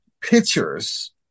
pictures